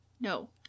No